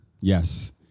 yes